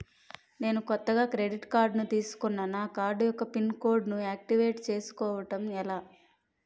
నేను కొత్తగా credit card తిస్కున్నా నా కార్డ్ యెక్క పిన్ కోడ్ ను ఆక్టివేట్ చేసుకోవటం ఎలా?